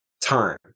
time